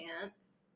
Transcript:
pants